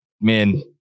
man